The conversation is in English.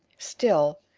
still,